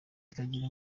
bikagira